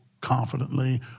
confidently